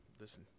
Listen